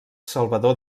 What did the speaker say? salvador